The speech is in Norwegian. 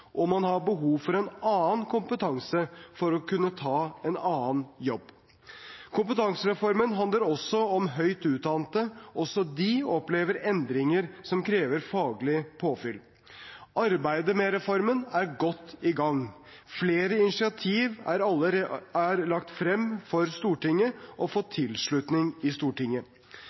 og man har behov for en annen kompetanse for å kunne ta en annen jobb Kompetansereformen handler også om høyt utdannede. Også de opplever endringer som krever faglig påfyll. Arbeidet med reformen er godt i gang. Flere initiativ er lagt frem for Stortinget og har fått tilslutning i Stortinget.